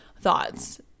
thoughts